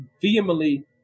vehemently